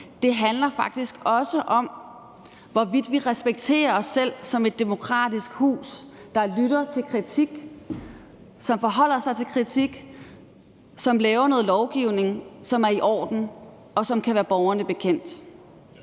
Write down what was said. det handler faktisk også om, hvorvidt vi respekterer os selv som et demokratisk hus, der lytter til kritik, som forholder sig til kritik, og som laver noget lovgivning, som er i orden, og som vi kan være bekendt